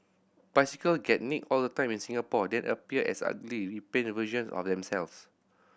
bicycle get nicked all the time in Singapore then appear as ugly repainted versions of themselves